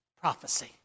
prophecy